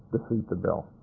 defeat the bill.